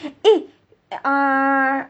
eh ah